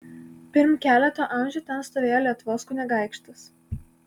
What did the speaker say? pirm keleto amžių ten stovėjo lietuvos kunigaikštis